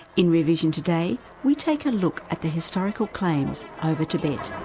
in rear vision today, we take a look at the historical claims over tibet.